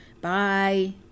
Bye